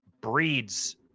breeds